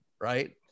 right